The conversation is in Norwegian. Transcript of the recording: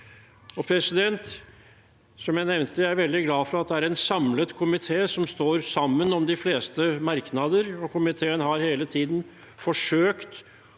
fortjent til. Som jeg nevnte, er jeg veldig glad for at det er en samlet komité som står sammen om de fleste merknader. Komiteen har hele tiden forsøkt